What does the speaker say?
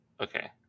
Okay